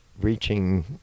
reaching